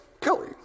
Kelly